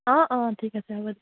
অঁ অঁ ঠিক আছে হ'ব